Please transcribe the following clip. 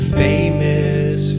famous